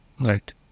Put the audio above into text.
Right